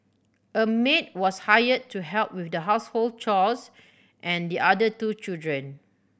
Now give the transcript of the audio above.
a maid was hired to help with the household chores and the other two children